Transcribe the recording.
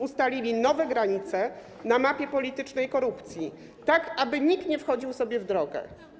Ustalili nowe granice na mapie politycznej korupcji, tak aby nikt nie wchodził sobie w drogę.